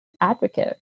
advocate